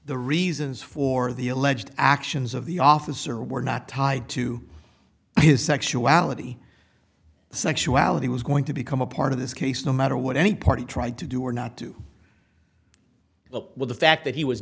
the reasons for the alleged actions of the officer were not tied to his sexuality sexuality was going to become a part of this case no matter what any party tried to do or not do well with the fact that he was